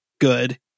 good